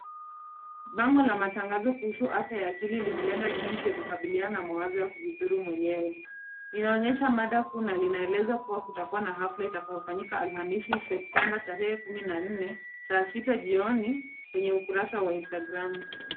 Bango la matangazo kuhusu afya ya akili likilenga jinsi ya kukabiliana na mawazo ya kujidhuru mwenyewe. Linaonyesha mada kuu na linaeleza kuwa kutakuwa na hafla itakayofanyika Alhamisi, Septemba tarehe kumi na nne, saa sita jioni, kwenye ukurasa wa Instagram .